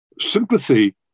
Sympathy